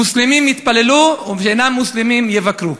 מוסלמים יתפללו, ושאינם מוסלמים יבקרו.